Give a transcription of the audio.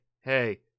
hey